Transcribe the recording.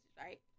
right